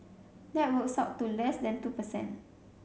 that works out to less than two per cent